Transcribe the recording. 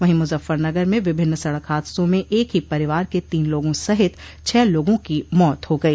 वहीं मुजफ्फरनगर में विभिन्न सड़क हादसों में एक ही परिवार के तीन लोगों सहित छह लोगों की मौत हो गई